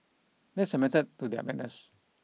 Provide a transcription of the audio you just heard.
there is a method to their madness